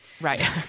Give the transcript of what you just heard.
right